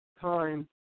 time